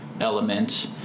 element